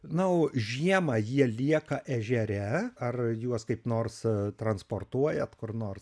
na o žiemą jie lieka ežere ar juos kaip nors transportuojant kur nors